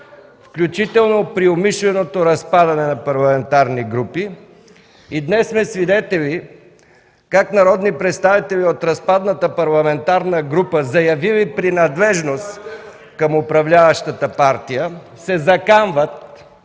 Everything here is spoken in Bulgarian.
включително при умишленото разпадане на парламентарни групи. Днес сме свидетели как народни представители от разпадната парламентарна група, заявили принадлежност към управляващата партия, се заканват,